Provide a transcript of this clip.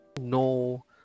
no